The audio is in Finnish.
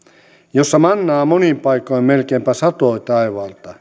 jossa mannaa monin paikoin melkeinpä satoi taivaalta ei enää ole